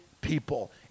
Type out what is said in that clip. people